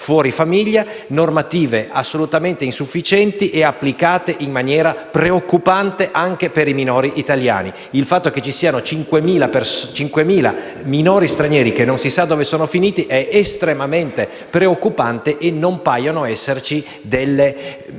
fuori famiglia, normative assolutamente insufficienti e applicate in maniera preoccupante anche per i minori italiani. Il fatto che si siano perse le tracce di 5.000 minori stranieri è estremamente preoccupante e non paiono esserci misure